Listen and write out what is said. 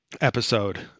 episode